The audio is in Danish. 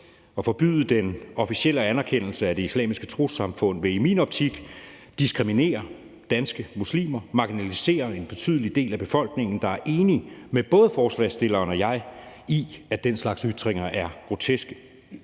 At forbyde den officielle anerkendelse af Det Islamiske Trossamfund vil i min optik diskriminere danske muslimer, marginalisere en betydelig del af befolkningen, der er enig med både forslagsstillerne og jeg i, at slags ytringer er groteske.